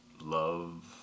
love